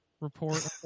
report